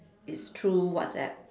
it's through WhatsApp